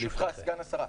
ברשותך, סגן השרה.